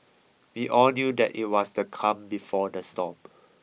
we all knew that it was the calm before the storm